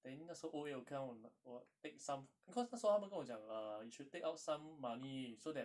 then 那时候 O_A account 我拿我 take some because 那时候他们跟我讲 err you should take out some money so that